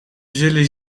zullen